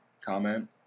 comment